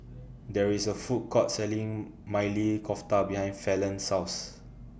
There IS A Food Court Selling Maili Kofta behind Falon's House